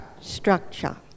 structure